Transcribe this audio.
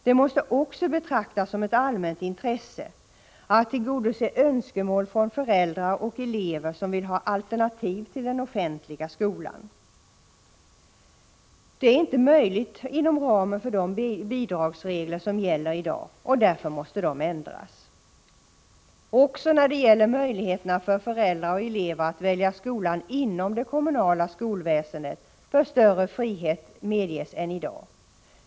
Det måste också betraktas som ett allmänt intresse att tillgodose önskemål från föräldrar och elever som vill ha alternativ till den offentliga skolan. Detta är inte möjligt inom ramen för de bidragsregler som gäller i dag, och därför måste reglerna ändras. Också när det gäller möjligheterna för föräldrar och elever att välja skola inom det kommunala skolväsendet bör större frihet medges än i dag.